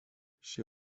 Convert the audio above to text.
šie